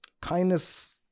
kindness